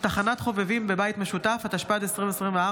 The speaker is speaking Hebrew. (תחנת חובבים בבית משותף), התשפ"ד 2024,